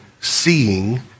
seeing